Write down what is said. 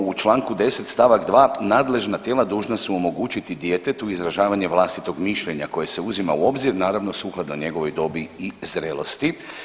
u članku 10. stavak 2. nadležna tijela dužna su omogućiti djetetu izražavanje vlastitog mišljenja koje se uzima u obzir naravno sukladno njegovoj dobi i zrelosti.